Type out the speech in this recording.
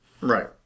right